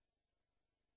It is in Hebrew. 21. 21. עכשיו, זה לא